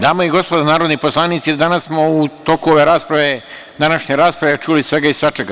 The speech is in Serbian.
Dame i gospodo narodni poslanici, danas smo u toku ove rasprave, današnje rasprave čuli sve i svašta.